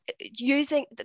using